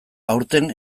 aurten